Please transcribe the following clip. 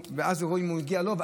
ואז רואים אם הוא הגיע או לא,